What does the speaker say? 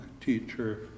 teacher